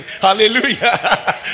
Hallelujah